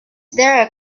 there